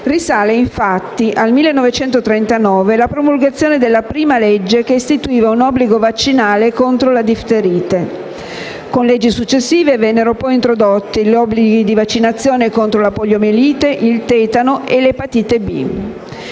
risale infatti al 1939 la promulgazione della prima legge che istituiva un obbligo vaccinale contro la difterite. Con leggi successive vennero poi introdotti gli obblighi di vaccinazione contro la poliomielite, il tetano e l'epatite B.